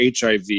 HIV